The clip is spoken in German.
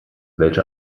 welche